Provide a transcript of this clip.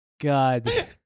God